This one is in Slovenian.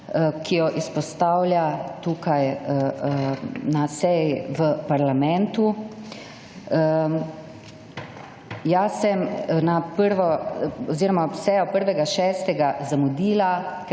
ki jo izpostavlja tukaj na seji v parlamentu. Jaz sem na prvo oziroma sejo 1. junija zamudila,